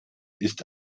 ist